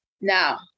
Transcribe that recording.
now